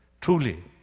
Truly